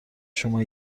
شما